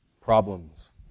problems